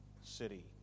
city